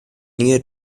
near